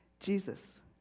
Jesus